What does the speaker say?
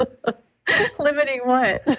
ah ah limiting what?